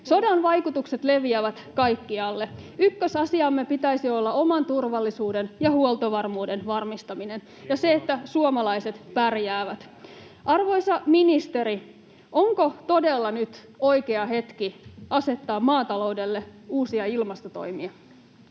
Sodan vaikutukset leviävät kaikkialle. Ykkösasiamme pitäisi olla oman turvallisuuden ja huoltovarmuuden varmistaminen — ja se, että suomalaiset pärjäävät. Arvoisa ministeri, onko todella nyt oikea hetki asettaa maataloudelle uusia ilmastotoimia?